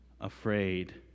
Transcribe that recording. afraid